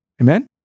Amen